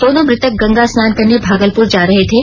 दोनों मृतक गंगा स्नान करने भागलपुर जा रहे थे